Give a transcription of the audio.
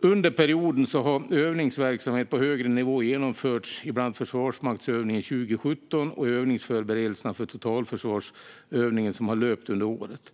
Under perioden har övningsverksamhet på högre nivå genomförts i bland annat försvarsmaktsövningen 2017 och i övningsförberedelserna för Totalförsvarsövningen som har löpt under året.